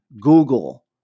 Google